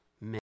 men